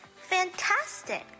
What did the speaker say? Fantastic